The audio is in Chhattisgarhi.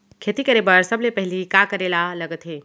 खेती करे बर सबले पहिली का करे ला लगथे?